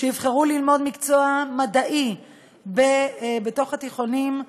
שיבחרו ללמוד מקצוע מדעי בתוך התיכונים,